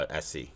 SC